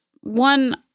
one